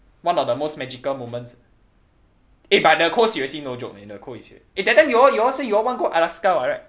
one of the most magical moments eh but the cold seriously no joke man the cold that time you all you all say you all want go alaska [what] right